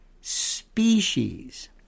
species